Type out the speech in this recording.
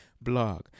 blog